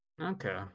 Okay